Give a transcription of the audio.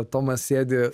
tomas sėdi